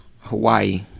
Hawaii